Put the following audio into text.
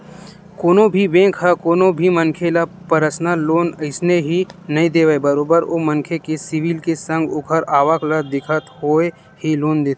कोनो भी बेंक ह कोनो भी मनखे ल परसनल लोन अइसने ही नइ देवय बरोबर ओ मनखे के सिविल के संग ओखर आवक ल देखत होय ही लोन देथे